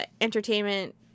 entertainment